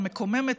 המקוממת,